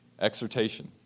Exhortation